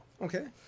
okay